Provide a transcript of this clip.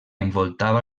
envoltava